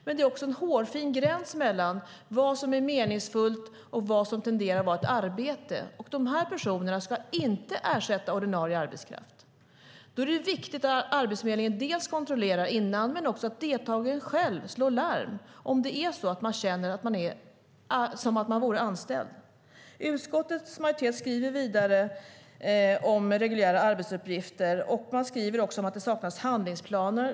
Men det är också en hårfin gräns mellan vad som är meningsfullt och vad som tenderar att vara ett arbete. Dessa personer ska inte ersätta ordinarie arbetskraft. Det är viktigt att Arbetsförmedlingen kontrollerar innan men också att deltagaren själv slår larm om det är så att man känner att det är som om man vore anställd. Utskottets majoritet skriver vidare om reguljära arbetsuppgifter. De skriver också att det saknas handlingsplaner.